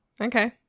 okay